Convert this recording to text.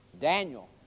Daniel